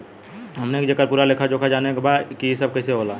हमनी के जेकर पूरा लेखा जोखा जाने के बा की ई सब कैसे होला?